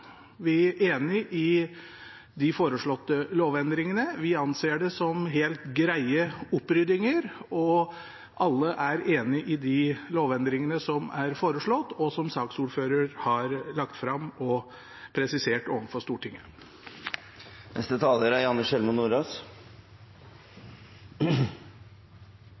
vi enig i de foreslåtte lovendringene. Vi anser det som helt greie oppryddinger, og alle er enig i de lovendringene som er foreslått, og som saksordføreren har lagt fram og presisert for Stortinget. Det er